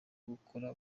gukora